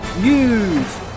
news